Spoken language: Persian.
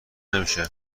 نمیشه